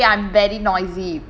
ya like you would say I'm very noisy